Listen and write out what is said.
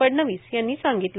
फडणवीस यांनी सांगितले